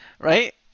right